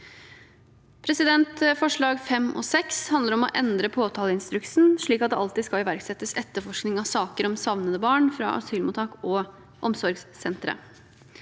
Forslagene nr. 5 og 6 handler om å endre påtaleinstruksen slik at det alltid skal iverksettes etterforskning av saker om savnede barn fra asylmottak og omsorgssentre.